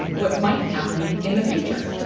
what might happen in the future